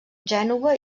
gènova